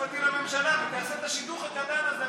המשפטי לממשלה ותעשה את השידוך הקטן הזה,